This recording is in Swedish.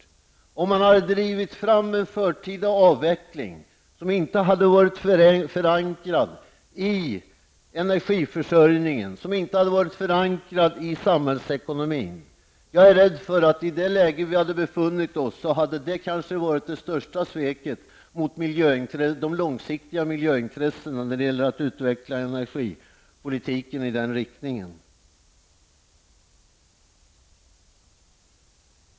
Hade inte det varit ett svek att man hade drivit fram en förtida avveckling som inte hade varit förankrad i energiförsörjningen och som inte heller hade varit förankrad i samhällsekonomin? Detta hade nog varit det största sveket mot de långsiktiga miljöintressena när det gäller att utveckla energipolitiken i den riktningen.